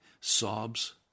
sobs